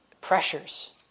pressures